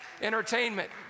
entertainment